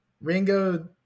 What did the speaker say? Ringo